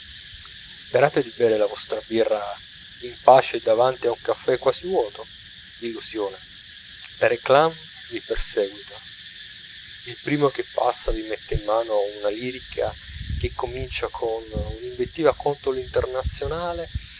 sperate di bere la vostra birra in pace davanti a un caffè quasi vuoto illusione la réclame vi perseguita il primo che passa vi mette in mano una lirica che comincia con un'invettiva contro l'internazionale